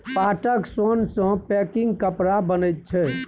पाटक सोन सँ पैकिंग कपड़ा बनैत छै